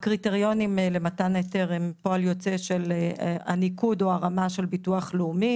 הקריטריונים למתן היתר הם פועל יוצא של הניקוד או הרמה של ביטוח לאומי